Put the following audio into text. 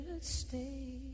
stay